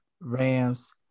Rams